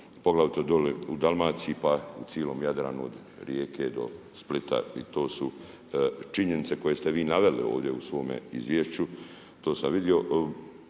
poglavito dole u Dalmaciji pa u cijelom Jadranu, Rijeke, do Splita i to su činjenice koje ste vi naveli ovdje u svome izvješću. To sam vidio.